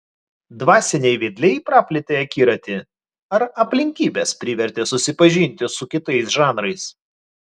dvasiniai vedliai praplėtė akiratį ar aplinkybės privertė susipažinti ir su kitais žanrais